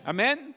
Amen